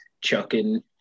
chucking